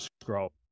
scroll